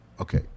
Okay